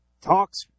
talks